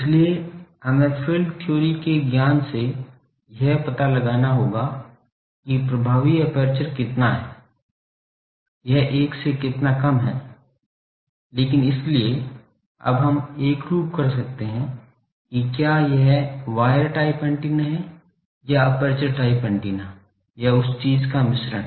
इसलिए हमें field theory के ज्ञान से यह पता लगाना होगा कि प्रभावी एपर्चर कितना है यह एक से कितना कम है लेकिन इसलिए अब हम एकरूप कर सकते हैं कि क्या यह वायर टाइप एंटीना है या एपर्चर टाइप एंटीना या उस चीज़ का मिश्रण